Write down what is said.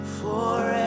forever